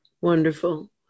Wonderful